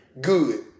good